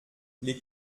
les